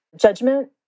judgment